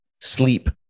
sleep